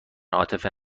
عاطفه